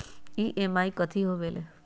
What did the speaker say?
EMI कथी होवेले?